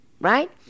right